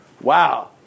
Wow